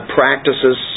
practices